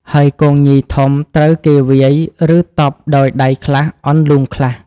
ហើយគងញីធំត្រូវគេវាយ ឬតប់ដោយដៃខ្លះ អន្លូងខ្លះ។